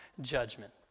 judgment